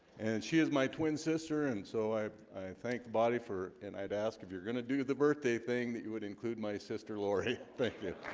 and she is my twin sister and so i i thank the body for and i'd ask if you're gonna do the birthday thing that you would include my sister lori thank you